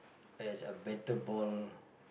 as a better ball